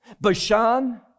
Bashan